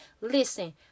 listen